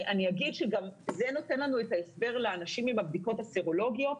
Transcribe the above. אני אומר שגם זה נותן לנו את ההסבר לנשים עם הבדיקות הסרולוגיות.